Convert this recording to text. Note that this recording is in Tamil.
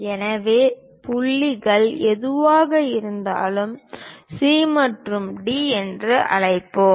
எனவே புள்ளிகள் எதுவாக இருந்தாலும் C மற்றும் D என்று அழைப்போம்